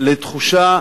לתחושה